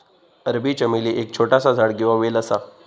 अरबी चमेली एक छोटासा झाड किंवा वेल असा